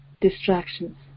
distractions